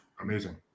amazing